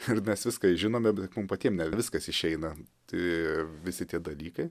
ir mes viską žinome bet mum patiems ne viskas išeina tai visi tie dalykai